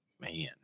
man